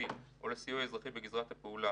המלחמתי או לסיוע האזרחי בגזרת הפעולה